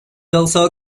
also